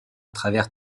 travers